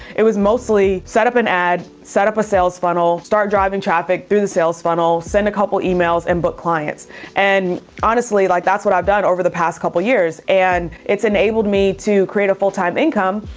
it was mostly set up an ad, set up a sales funnel, start driving traffic through the sales funnel, send a couple emails and book clients and honestly like that's what i've done over the past couple of years and it's enabled me to create a full time income.